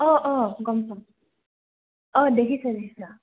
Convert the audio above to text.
অঁ অঁ গমচম অঁ দেখিছো দেখিছা